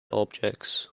objects